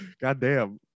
goddamn